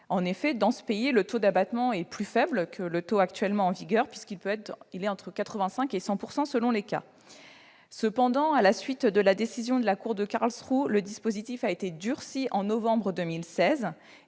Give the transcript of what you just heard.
En effet, dans ce pays, le taux d'abattement est plus faible que le taux en vigueur chez nous, puisqu'il est de 85 % ou de 100 % selon les cas. Cependant, à la suite de la décision de la Cour de Karlsruhe, le dispositif a été durci en novembre 2016,